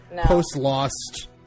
post-lost